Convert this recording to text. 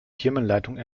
firmenleitung